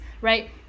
right